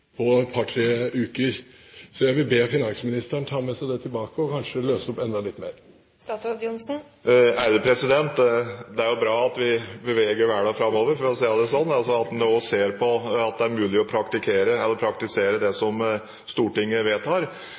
på et par-tre uker. Jeg vil be finansministeren ta det med seg tilbake og kanskje løse opp enda litt mer. Det er jo bra at vi beveger verden framover, for å si det sånn, altså at en også ser på om det er mulig å praktisere det som Stortinget vedtar.